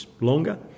longer